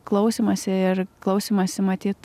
klausymąsi ir klausymąsi matyt